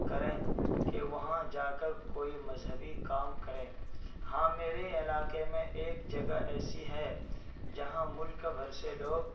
کریں کہ وہاں جا کر کوئی مذہبی کام کریں ہاں میرے علاقے میں ایک جگہ ایسی ہے جہاں ملک بھر سے لوگ